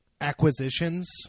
Acquisitions